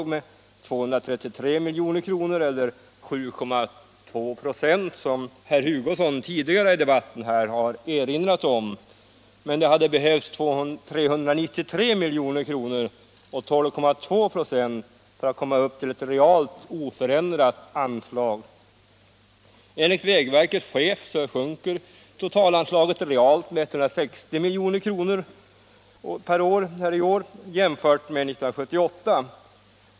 milj.kr. år 1978 jämfört med verksamhetsåret 1977.